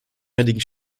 einigen